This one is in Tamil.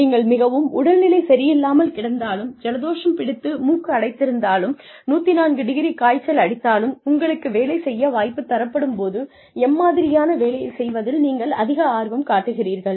நீங்கள் மிகவும் உடல் நிலை சரியில்லாமல் கிடந்தாலும் ஜலதோஷம் பிடித்து மூக்கு அடைத்திருந்தாலும் 104 டிகிரி காய்ச்சல் அடித்தாலும் உங்களுக்கு வேலை செய்ய வாய்ப்பு தரப்படும் போது எம்மாதிரியான வேலையை செய்வதில் நீங்கள் அதிக ஆர்வம் காட்டுகிறீர்கள்